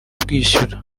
bwishyura